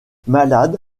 malade